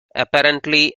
apparently